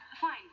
fine